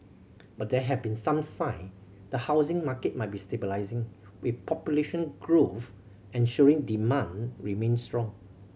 but there have been some sign the housing market might be stabilising with population growth ensuring demand remains strong